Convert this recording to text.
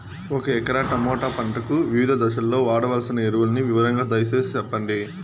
ఒక ఎకరా టమోటా పంటకు వివిధ దశల్లో వాడవలసిన ఎరువులని వివరంగా దయ సేసి చెప్పండి?